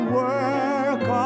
work